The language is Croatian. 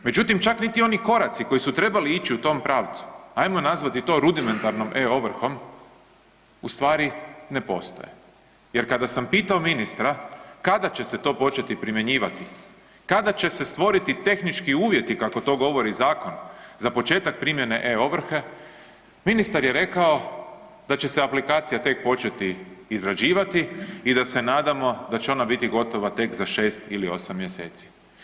Međutim čak niti oni koraci koji su trebali ići u tom pravcu, ajmo nazvati to rudimentarnom e-ovrhom u stvari ne postoje jer kada sam pitao ministra kada će se to početi primjenjivati, kada će se stvoriti tehnički uvjeti kako to govori zakon za početak primjene e-ovrhe, ministar je rekao da će se aplikacija tek početi izrađivati i da se nadamo da će ona biti gotova tek za 6 ili 8 mjeseci.